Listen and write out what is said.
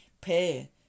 pay